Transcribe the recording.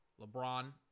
LeBron